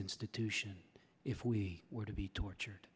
institution if we were to be tortured